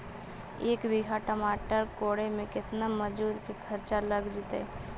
एक बिघा टमाटर कोड़े मे केतना मजुर के खर्चा लग जितै?